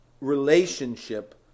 relationship